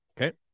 Okay